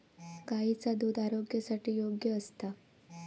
गायीचा दुध आरोग्यासाठी योग्य असता